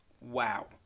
Wow